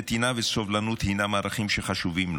נתינה וסובלנות הם ערכים שחשובים לו.